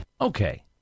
Okay